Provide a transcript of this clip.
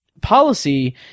policy